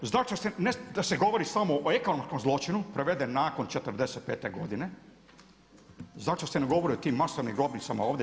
Zašto se, ne da sa govori samo o ekonomskom zločinu preveden nakon 45. godine, zašto se ne govori o tim masovnim grobnicama ovdje?